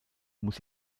muss